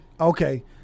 okay